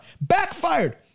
backfired